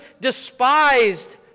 despised